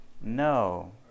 no